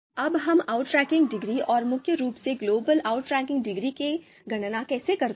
अब हम outranking degree और मुख्य रूप से ग्लोबल outranking डिग्री की गणना कैसे करते हैं